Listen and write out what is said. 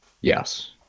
yes